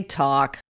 talk